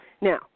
Now